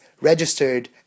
registered